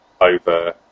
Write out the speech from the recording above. over